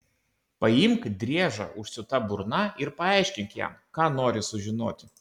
paimk driežą užsiūta burna ir paaiškink jam ką nori sužinoti